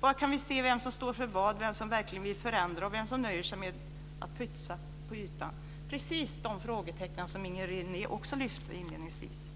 Var kan vi se vem står för vad, vem som verkligen vill förändra och vem som nöjer sig med att putsa på ytan? Det är precis de frågetecknen som Inger René också lyfte inledningsvis.